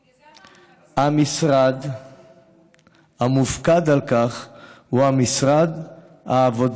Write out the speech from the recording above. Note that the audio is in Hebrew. בגלל זה אמרנו המשרד המופקד על כך הוא משרד העבודה,